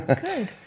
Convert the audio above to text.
good